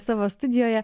savo studijoje